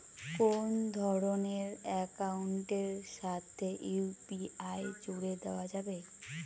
কোন ধরণের অ্যাকাউন্টের সাথে ইউ.পি.আই জুড়ে দেওয়া যাবে?